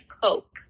coke